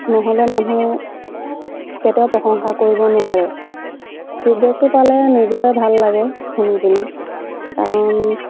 নহ'লে মানুহে কেতিয়াও প্ৰশংসা কৰিব নোৱাৰে ফিডবেকটো পালে নিজৰে ভাল লাগে শুনি পিনি কাৰণ